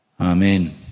Amen